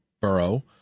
Borough